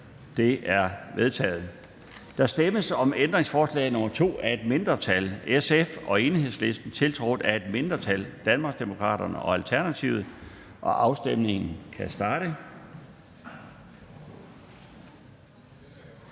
De er vedtaget. Der stemmes om ændringsforslag nr. 39 af et mindretal (SF og EL), tiltrådt af et mindretal (DD og ALT). Afstemningen kan starte.